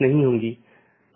यह चीजों की जोड़ता है